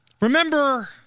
Remember